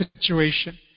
situation